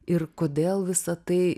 ir kodėl visa tai